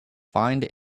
find